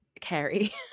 Carrie